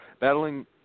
battling